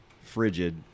frigid